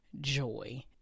joy